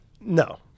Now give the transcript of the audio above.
No